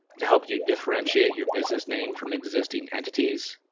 to help you differentiate your business name from existing entities,